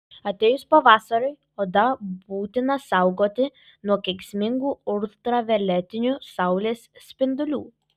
atėjus pavasariui odą būtina saugoti nuo kenksmingų ultravioletinių saulės spindulių